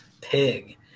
pig